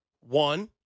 One